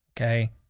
Okay